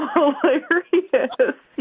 hilarious